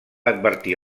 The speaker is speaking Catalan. advertir